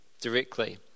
directly